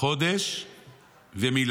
ראש חודש ומילה.